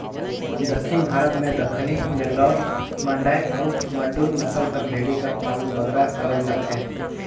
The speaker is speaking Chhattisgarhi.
दक्खिन भारत में दक्कनी, नेल्लौर, मांडय अउ बांडुल नसल कर भेंड़ी कर पालन बगरा करल जाथे